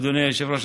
אדוני היושב-ראש,